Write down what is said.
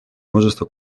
множества